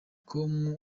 com